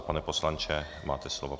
Pane poslanče, máte slovo.